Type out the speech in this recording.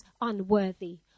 unworthy